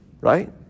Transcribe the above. right